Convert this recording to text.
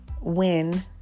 win